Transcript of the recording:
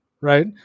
right